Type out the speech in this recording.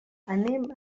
anem